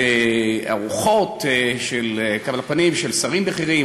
ארוחות של קבלת פנים לשרים בכירים,